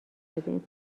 شدیم